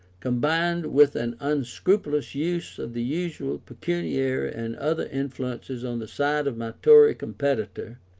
combined with an unscrupulous use of the usual pecuniary and other influences on the side of my tory competitor,